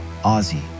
Ozzy